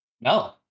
No